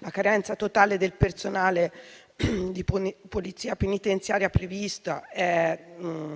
la carenza totale del personale di Polizia penitenziaria prevista